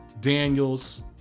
Daniels